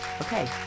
Okay